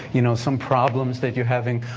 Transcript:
you know, some problems that you're having,